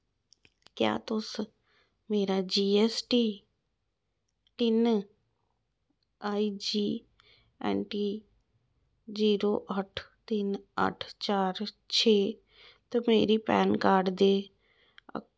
क्या तुस मेरा जी ऐस्स टी तिन्न I G N T zero अट्ठ तिन्न अट्ठ चार छे ते मेरी पैन कार्ड दे